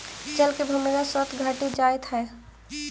जल के भूमिगत स्रोत घटित जाइत हई